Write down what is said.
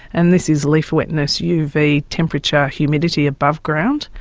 and this is leaf wetness, uv, temperature, humidity above ground,